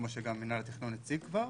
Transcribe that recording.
כמו שמינהל התכנון הציג כבר.